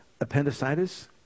appendicitis